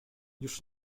już